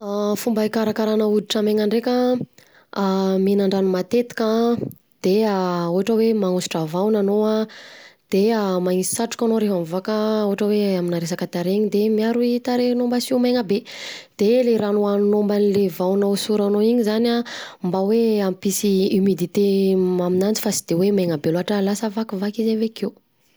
Fomba hikarakarana hoditra maina ndreka, mihinan-drano matetika de ohatra hoe magnosotra vahona anao an, de manisy satroka anao rehefa mivoaka ohatra hoe: aminà resaka tarehy iny de miaro i tarehinao iny mba sy ho maina be, de le rano hoaninao mbany le vahona hosoranao iny zany an mba hoe: mampisy humidité aminanjy fa sy de hoe maina be loatra lasa vakivaky izy avekeo.